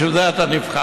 בשביל זה אתה נבחר.